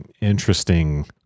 interesting